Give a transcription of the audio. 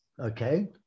Okay